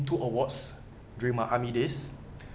two awards during my army days